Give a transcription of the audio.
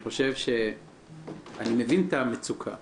אני מבין את המצוקה,